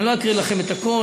אני לא אקריא לכם את הכול,